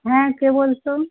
হ্যাঁ কে বলছেন